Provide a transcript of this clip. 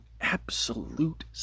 absolute